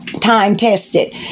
time-tested